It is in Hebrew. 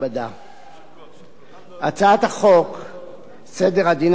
הצעת חוק סדר הדין הפלילי (סמכויות אכיפה,